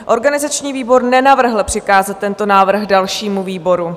Organizační výbor nenavrhl přikázat tento návrh dalšímu výboru.